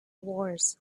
wars